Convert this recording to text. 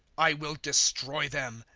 i will destroy them.